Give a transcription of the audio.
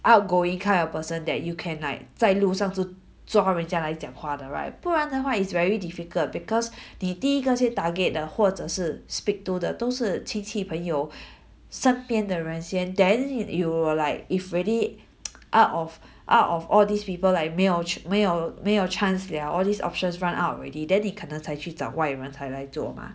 outgoing kind of person that you can like 在路上就做好人来讲话的 right 不然的话 it's very difficult because 你第一个先 target 的或者是 speak to 的都是亲戚朋友 身边的人先 then you will like if really out of out of all these people like 没有没有没有 chance liao all these options run out already then 你可能才去找外人才来做嘛